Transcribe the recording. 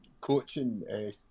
coaching